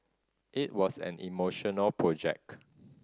it was an emotional project